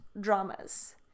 dramas